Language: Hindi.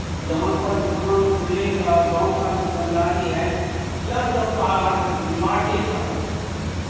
जहाँ पर दुकान खुलेगा गाँव का दुकानदारी है या तो बाहर मार्केट का